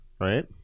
right